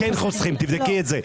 כן חוסכים, תבדקי את זה.